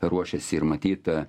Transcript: ruošiasi ir matyt